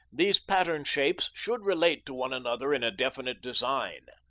these pattern shapes should relate to one another in a definite design.